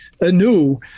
anew